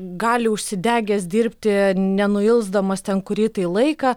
gali užsidegęs dirbti nenuilsdamas ten kurį tai laiką